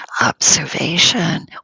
observation